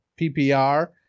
PPR